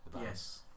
yes